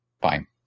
Fine